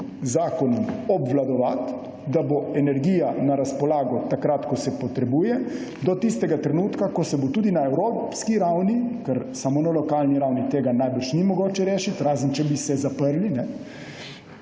zakonom obvladovati, da bo energija na razpolago takrat, ko se potrebuje. In to vse do tistega trenutka, ko bodo tudi na evropski ravni, ker samo na lokalni ravni tega najbrž ni mogoče rešiti, razen če bi se zaprli,